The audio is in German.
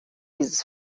dieses